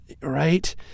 right